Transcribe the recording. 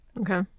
Okay